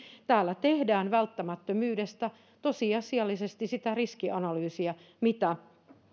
täällä tehdään välttämättömyydestä tosiasiallisesti sitä riskianalyysia mitä